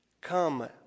Come